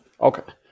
Okay